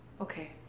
Okay